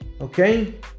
okay